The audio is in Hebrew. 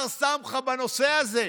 בר-סמכא בנושא הזה.